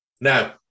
Now